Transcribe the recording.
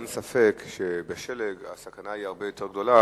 אין ספק שבשלג הסכנה הרבה יותר גדולה